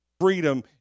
Freedom